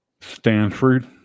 Stanford